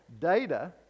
data